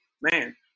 man